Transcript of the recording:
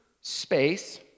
space